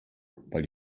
weil